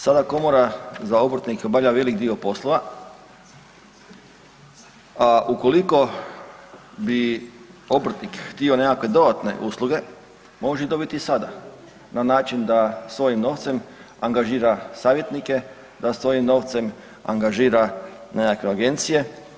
Sada komora za obrtnike obavlja velik dio poslova, a ukoliko bi obrtnik htio nekakve dodatne usluge može dobiti i sada na način da svojim novcem angažira savjetnike, da svojim novcem angažira nekakve agencije.